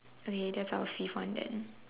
okay therefore I will sieve one then